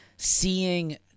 seeing